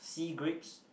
sea grapes